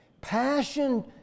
passion